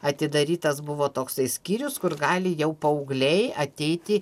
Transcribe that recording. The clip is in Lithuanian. atidarytas buvo toksai skyrius kur gali jau paaugliai ateiti